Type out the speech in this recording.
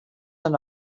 and